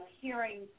hearing